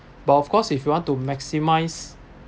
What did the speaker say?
but of course if you want to maximise